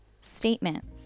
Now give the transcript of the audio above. statements